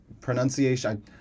pronunciation